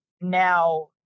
now